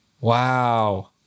Wow